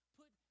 put